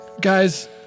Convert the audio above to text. guys